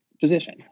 position